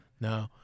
No